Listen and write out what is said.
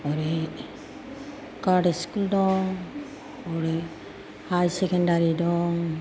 ओरै गदेस स्कुल दं हरै हायार सेकेन्दारि दं